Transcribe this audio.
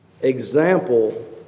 example